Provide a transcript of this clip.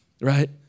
right